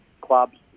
clubs